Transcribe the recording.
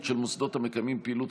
נתקבלו.